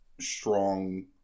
strong